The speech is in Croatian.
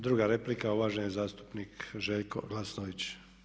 Druga replika, uvaženi zastupnik Željko Glasnović.